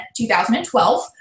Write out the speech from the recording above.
2012